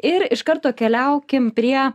ir iš karto keliaukim prie